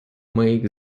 make